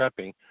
prepping